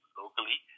locally